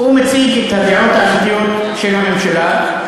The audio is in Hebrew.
הוא מציג את הדעות האמיתיות של הממשלה.